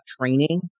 training